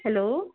hello